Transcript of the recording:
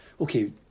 okay